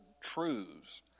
truths